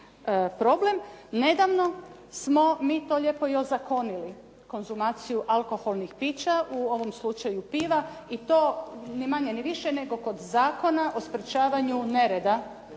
problem. Nedavno smo mi to lijepo i ozakonili, konzumaciju alkoholnih pića, u ovom slučaju piva i to ni manje ni više nego kod Zakona o sprečavanju nereda